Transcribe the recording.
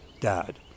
dad